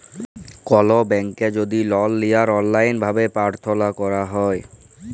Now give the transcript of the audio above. call ব্যাংকে যদি লল লিয়ার অললাইল ভাবে পার্থলা ক্যরা হ্যয়